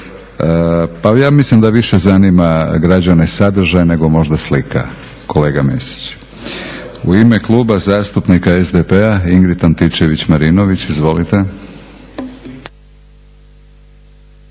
Pa ja mislim da više zanima građane sadržaj nego možda slika, kolega Mesić. U ime Kluba zastupnika SDP-a Ingrid Antičević Marinović, izvolite.